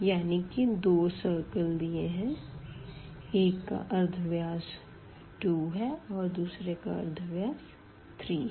यानी कि दो सर्कल है एक का अर्धव्यास 2 और दूसरे का अर्धव्यास 3 है